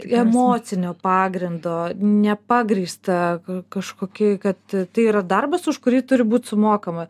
emocinio pagrindo nepagrįstą kažkokį kad tai yra darbas už kurį turi būt sumokama